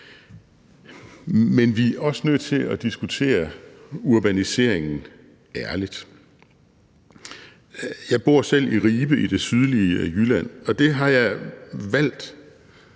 Men vi er også nødt til at diskutere urbaniseringen ærligt. Jeg bor selv i Ribe i det sydlige Jylland, og det har jeg valgt